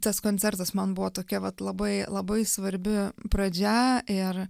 tas koncertas man buvo tokia vat labai labai svarbi pradžia ir